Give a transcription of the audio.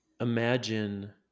imagine